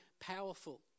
powerful